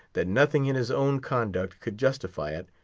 that nothing in his own conduct could justify it,